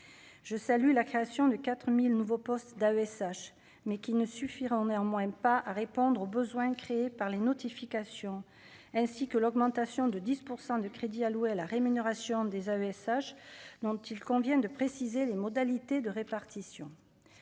je salue la création de 4000 nouveaux postes d'AESH mais qui ne suffira ont néanmoins pas à répondre aux besoins créés par les notifications, ainsi que l'augmentation de 10 % de crédits alloués à la rémunération des AESH dont il convient de préciser les modalités de répartition